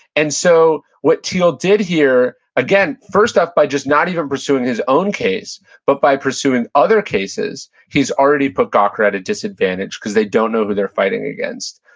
and so what thiel did here, again, first off by just not even pursuing his own case but by pursuing other cases, he's already put gawker at a disadvantage because they don't know who they're fighting against.